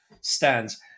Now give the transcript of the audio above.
stands